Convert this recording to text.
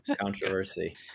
Controversy